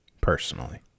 Personally